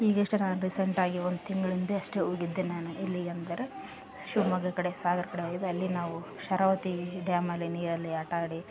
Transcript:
ಹೀಗೆ ರಿಸೆಂಟಾಗಿ ಒಂದು ತಿಂಗ್ಳ ಹಿಂದೆ ಅಷ್ಟೇ ಹೋಗಿದ್ದೆ ನಾನು ಎಲ್ಲಿಗೆಂದರೆ ಶಿವಮೊಗ್ಗ ಕಡೆ ಸಾಗರ ಕಡೆ ಹೋಗಿದ್ದೆ ಅಲ್ಲಿ ನಾವು ಶರಾವತಿ ಡ್ಯಾಮಲ್ಲಿ ನೀರಲ್ಲಿ ಆಟ ಆಡಿ